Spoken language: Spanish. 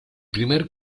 primer